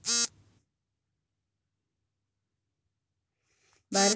ಭಾರತದಲ್ಲಿ ಕಂಡುಬರುವ ಮೂರು ಪ್ರಮುಖ ವ್ಯವಸಾಯದ ಅವಧಿಗಳು ಯಾವುವು?